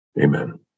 Amen